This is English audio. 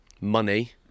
money